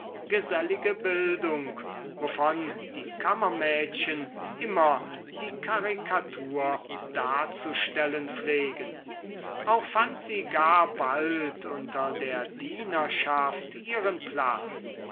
gesellige bildung wovon die kammermädchen immer die karikatur darzustellen pflegen auch fand sie gar bald unter der dienerschaft ihren platz